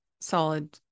solid